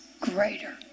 greater